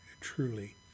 truly